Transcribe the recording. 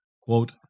Quote